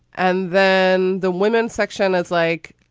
and then the women's section, it's like,